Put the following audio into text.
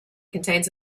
contains